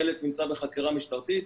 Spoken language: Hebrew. חלק נמצא בחקירה משטרתית.